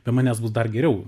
be manęs bus dar geriau